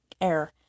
air